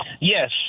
Yes